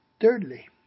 Thirdly